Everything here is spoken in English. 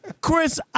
Chris